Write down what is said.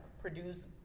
produce